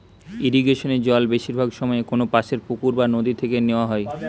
ইরিগেশনে জল বেশিরভাগ সময়ে কোনপাশের পুকুর বা নদি থেকে নেওয়া হয়